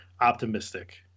optimistic